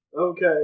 Okay